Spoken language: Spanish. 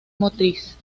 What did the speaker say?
motriz